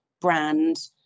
brand